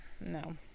no